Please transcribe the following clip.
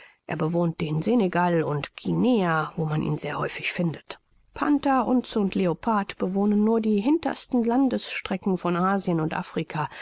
er bewohnt den senegal und guinea wo man ihn sehr häufig findet panther unze und leopard bewohnen nur die hintersten landesstrecken von asien und afrika